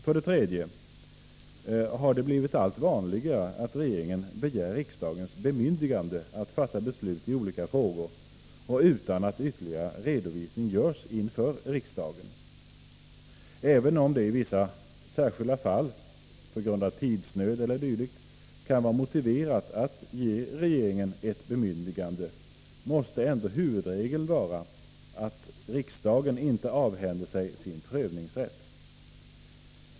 För det tredje har det blivit allt vanligare att regeringen begär riksdagens bemyndigande att fatta beslut i olika frågor, utan att ytterligare redovisning görs inför riksdagen. Även om det i vissa särskilda fall, på grund av tidsnöd e. d. kan vara motiverat att ge regeringen ett bemyndigande måste ändå huvudregeln vara att riksdagen inte avhänder sig sin prövningsrätt.